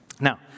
Now